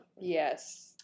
yes